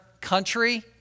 country